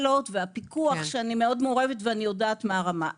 שאני מעורבת בו ויודעת מה הרמה.